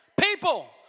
People